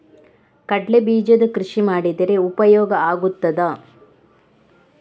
ಕಡ್ಲೆ ಬೀಜದ ಕೃಷಿ ಮಾಡಿದರೆ ಉಪಯೋಗ ಆಗುತ್ತದಾ?